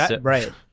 Right